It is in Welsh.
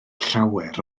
llawer